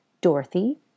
Dorothy